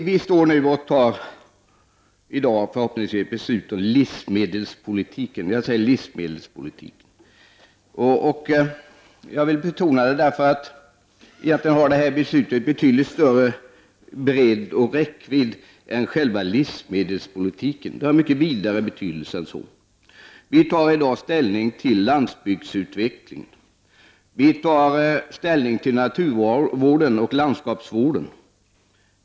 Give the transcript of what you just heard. Vi skall i dag förhoppningsvis fatta beslut om livsmedelspolitiken, och jag säger livsmedelspolitiken. Jag vill betona det eftersom beslutet egentligen har betydligt större bredd och räckvidd än själva livsmedelspolitiken. Det har mycket vidare betydelse än så. Vi tar i dag ställning till landsbygdsutvecklingen. Vi tar ställning till naturvården och landskapsvården.